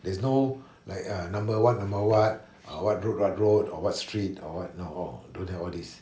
there's no like ah number one number what uh what road what road or what street or what not orh don't have all this